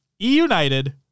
E-United